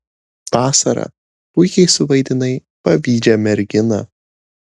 vasara puikiai suvaidinai pavydžią merginą